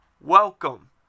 welcome